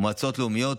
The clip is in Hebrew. מועצות לאומיות,